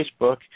Facebook